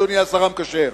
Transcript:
אדוני השר המקשר?